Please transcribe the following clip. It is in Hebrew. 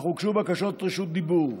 אך הוגשו בקשות רשות דיבור.